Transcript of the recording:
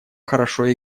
хорошо